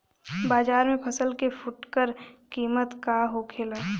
बाजार में फसल के फुटकर कीमत का होखेला?